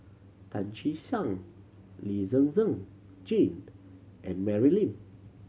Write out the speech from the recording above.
Tan Che Sang Lee Zhen Zhen Jane and Mary Lim